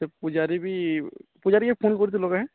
ତ ପୂଜାରୀ ବି ପୂଜାରୀ କି ଫୋନ୍ କରିଥିଲ କେଁ